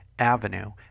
Avenue